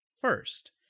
first